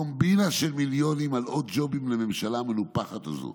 קומבינה של מיליונים על עוד ג'ובים לממשלה המנופחת הזאת.